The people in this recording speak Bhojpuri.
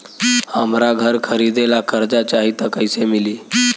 हमरा घर खरीदे ला कर्जा चाही त कैसे मिली?